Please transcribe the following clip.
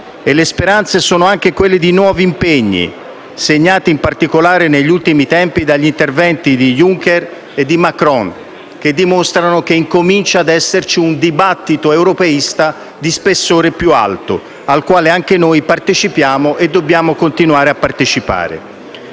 le speranze sono anche quelle di nuovi impegni, segnati in particolare negli ultimi tempi dagli interventi di Juncker e Macron, che dimostrano che comincia a esserci un dibattito europeista di spessore più alto, a cui anche noi partecipiamo e dobbiamo continuare a partecipare.